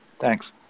Thanks